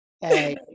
Hey